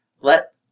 Let